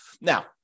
Now